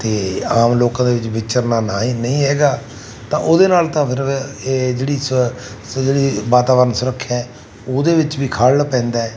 ਅਤੇ ਆਮ ਲੋਕਾਂ ਦੇ ਵਿੱਚ ਵਿਚਰਨਾ ਨਾ ਹੀ ਨਹੀਂ ਹੈਗਾ ਤਾਂ ਉਹਦੇ ਨਾਲ ਤਾਂ ਫਿਰ ਇਹ ਜਿਹੜੀ ਸ ਸ ਜਿਹੜੀ ਵਾਤਾਵਰਨ ਸੁਰੱਖਿਆ ਉਹਦੇ ਵਿੱਚ ਵੀ ਖੜਲ ਪੈਂਦਾ